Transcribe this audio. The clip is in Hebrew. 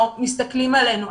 לא מסתכלים עלינו.